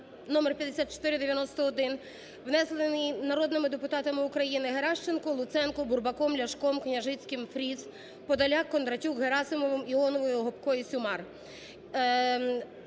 (номер 5491), внесений народними депутатами України Геращенко, Луценко, Бурбаком, Ляшком, Княжицьким, Фріз, Подоляк, Кондратюк, Герасимовим, Іоновою, Гопко і Сюмар.